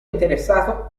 interessato